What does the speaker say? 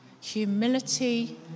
humility